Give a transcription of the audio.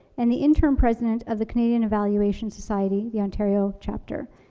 and the interim president of the canadian evaluation society, the ontario chapter.